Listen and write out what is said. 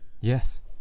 Yes